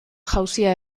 jauzia